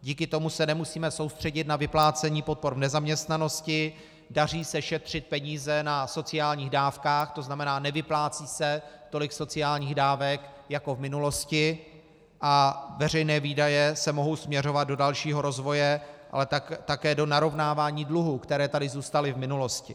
Díky tomu se nemusíme soustředit na vyplácení podpor v nezaměstnanosti, daří se šetřit peníze na sociálních dávkách, tzn. nevyplácí se tolik sociálních dávek jako v minulosti, a veřejné výdaje se mohou směřovat do dalšího rozvoje, ale také do narovnávání dluhů, které tady zůstaly v minulosti.